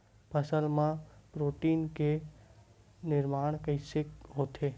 फसल मा प्रोटीन के निर्माण कइसे होथे?